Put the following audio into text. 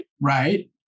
Right